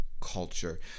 culture